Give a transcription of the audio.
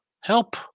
help